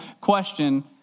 question